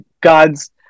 God's